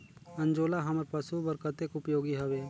अंजोला हमर पशु बर कतेक उपयोगी हवे?